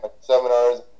seminars